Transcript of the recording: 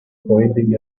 pointing